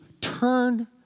turn